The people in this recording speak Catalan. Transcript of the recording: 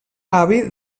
avi